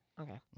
Okay